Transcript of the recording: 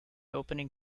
opening